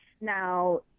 Now